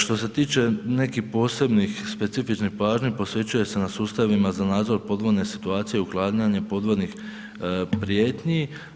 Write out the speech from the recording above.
Što se tiče nekih posebnih specifičnih pažnji posvećuje se na sustavima za nadzor podvodne situacije, uklanjanje podmornih prijetnji.